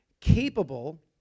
capable